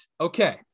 Okay